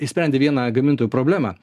išsprendė vieną gamintojų problemą